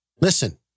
Listen